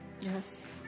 Yes